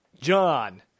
John